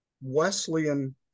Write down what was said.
Wesleyan